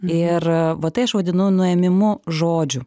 ir va tai aš vadinu nuėmimu žodžiu